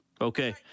okay